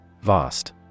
Vast